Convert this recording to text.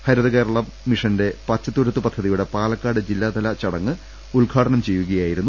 ഹരിതകേരള മിഷന്റെ പച്ചത്തുരുത്തു പദ്ധതിയുടെ പാലക്കാട് ജില്ലാതല ചടങ്ങ് ഉദ്ഘാടനം ചെയ്യുകയായിരുന്നു അദ്ദേഹം